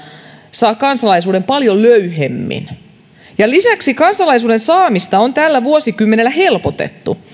saa kansalaisuuden paljon löyhemmin lisäksi kansalaisuuden saamista on tällä vuosikymmenellä helpotettu